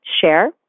share